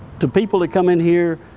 to people that come in here,